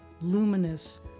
luminous